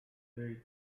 very